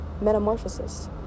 metamorphosis